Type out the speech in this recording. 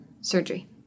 surgery